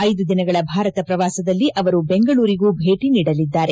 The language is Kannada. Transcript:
ಐದು ದಿನಗಳ ಭಾರತ ಪ್ರವಾಸದಲ್ಲಿ ಅವರು ಬೆಂಗಳೂರಿಗೂ ಭೇಟಿ ನೀಡಲಿದ್ದಾರೆ